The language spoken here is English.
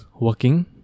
working